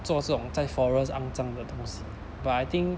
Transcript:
做这种在 forest 肮脏的东西 but I think